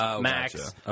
Max